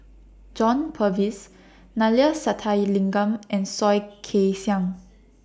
John Purvis Neila Sathyalingam and Soh Kay Siang